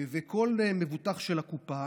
כל מבוטח של הקופה,